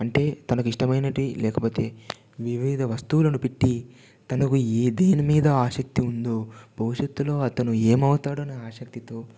అంటే తనకు ఇష్టమైనటి లేకపోతే వివిధ వస్తువులను పెట్టి తనకు ఏ దేని మీద ఆసక్తి ఉందో భవిష్యత్తులో అతను ఏమవుతాడో అనే ఆసక్తితో